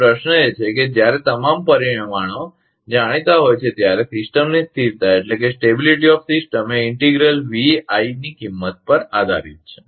હવે પ્રશ્ન એ છે કે જ્યારે તમામ પરિમાણો જાણીતા હોય છે ત્યારે સિસ્ટમની સ્થિરતા એ ઇન્ટિગ્રલ વી આઇ ની કિંમત પર આધારિત છે